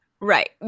Right